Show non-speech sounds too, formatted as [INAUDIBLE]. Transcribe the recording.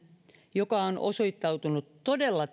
joka on osoittautunut todella [UNINTELLIGIBLE]